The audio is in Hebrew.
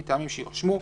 מטעמים שיירשמו,